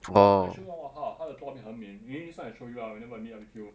!wah! I show you 他的它的作品很美 maybe next time I show you ah whenever I meet up with you